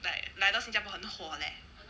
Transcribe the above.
like 来到新加坡很火 leh